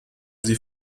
sie